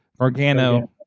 organo